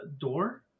door